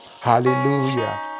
Hallelujah